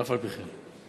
ואף-על-פי-כן.